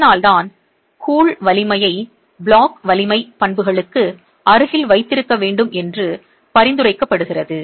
அதனால்தான் கூழ் புரை அடைப்பான் வலிமையை பிளாக் வலிமை பண்புகளுக்கு அருகில் வைத்திருக்க வேண்டும் என்று பரிந்துரைக்கப்படுகிறது